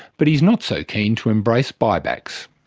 but he's not so keen to embrace buy-backs.